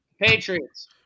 Patriots